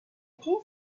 thin